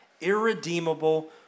irredeemable